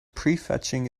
prefetching